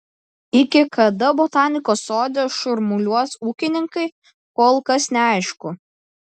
iki kada botanikos sode šurmuliuos ūkininkai kol kas neaišku